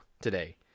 today